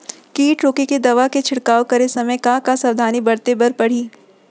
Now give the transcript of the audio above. किट रोके के दवा के छिड़काव करे समय, का का सावधानी बरते बर परही?